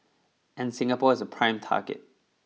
and Singapore is a prime target